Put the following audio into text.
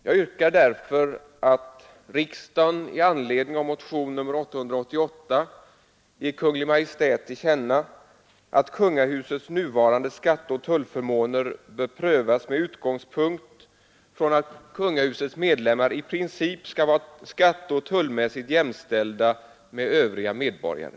Jag yrkar därför att riksdagen i anledning av motionen 888 ger Kungl. Maj:t till känna att kungahusets nuvarande skatteoch tullförmåner bör prövas med utgångspunkt i att kungahusets medlemmar i princip skall vara skatteoch tullmässigt jämställda med övriga medborgare.